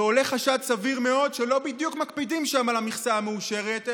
ועולה חשד סביר מאוד שלא בדיוק מקפידים על המכסה המאושרת,